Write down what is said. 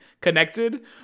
connected